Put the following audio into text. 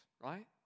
right